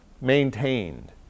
maintained